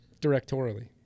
Directorially